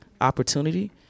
opportunity